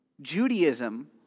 Judaism